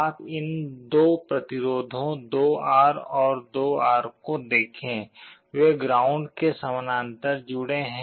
आप इन दो प्रतिरोधों 2R और 2R को देखें वे ग्राउंड के समानांतर जुड़े हुए हैं